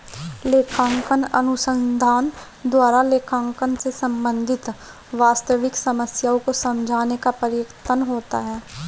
लेखांकन अनुसंधान द्वारा लेखांकन से संबंधित वास्तविक समस्याओं को समझाने का प्रयत्न होता है